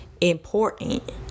important